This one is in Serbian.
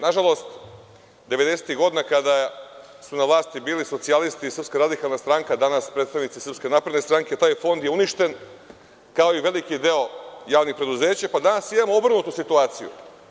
Nažalost, devedesetih godina kada su na vlasti bili socijalisti i Srpska radikalna stranka, danas predstavnici Srpske napredne stranke, taj fond je uništen, kao i veliki deo javnih preduzeća, pa danas imamo obrnutu situaciju.